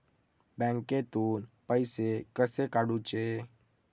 बँकेतून पैसे कसे काढूचे?